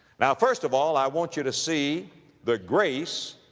now, first of all, i want you to see the grace,